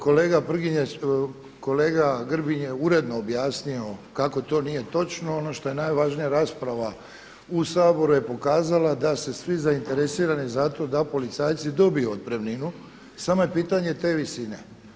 Kolega Grbin je uredno objasnio kako to nije točno, ono što je najvažnije rasprava u Saboru je pokazala da se svi zainteresirani za to da policajci dobiju otpremninu, samo je pitanje te visine.